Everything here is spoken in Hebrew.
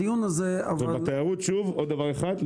הדיון הזה --- ובתיירות עוד דבר אחד: